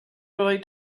really